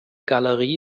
galerie